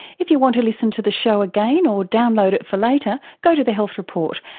if you want to listen to the show again or download it for later go to the health report,